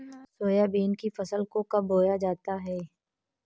Soybean की फसल को कब बोया जाता है?